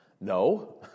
No